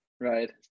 right